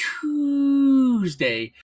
Tuesday